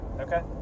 Okay